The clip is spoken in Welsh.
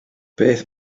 beth